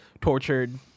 tortured